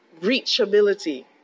reachability